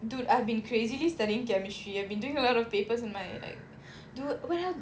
dude I've been crazily studying chemistry I have been doing a lot of papers in my like